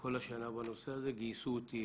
כל השנה בנושא הזה, גייסו אותי